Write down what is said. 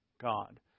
God